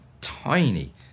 tiny